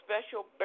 special